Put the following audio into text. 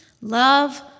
love